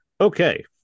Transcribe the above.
okay